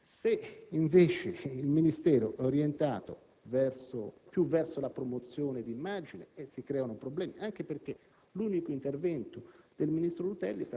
se invece il Ministero è più orientato verso la promozione dell'immagine si creano dei problemi, anche perché l'unico intervento